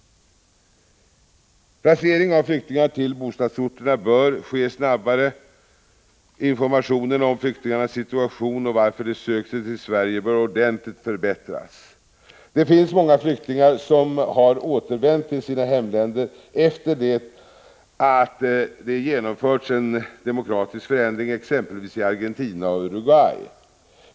Placering av flyktingar till bostadsorterna bör ske snabbare. Informationen om flyktingarnas situation och varför de sökt sig till Sverige bör ordentligt förbättras. Det finns många flyktingar som har återvänt till sina hemländer efter det att det genomförts en demokratisk förändring, exempelvis i Argentina och Uruguay.